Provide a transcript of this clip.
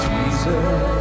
Jesus